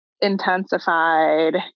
intensified